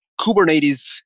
Kubernetes